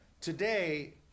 Today